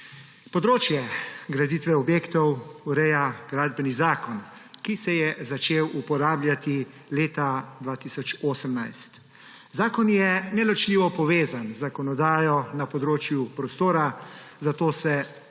Področje graditve objektov ureja Gradbeni zakon, ki se je začel uporabljati leta 2018. Zakon je neločljivo povezan z zakonodajo na področju prostora, zato se